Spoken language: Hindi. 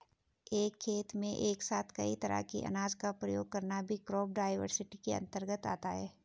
एक खेत में एक साथ कई तरह के अनाज का प्रयोग करना भी क्रॉप डाइवर्सिटी के अंतर्गत आता है